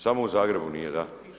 Samo u Zagrebu nije, da.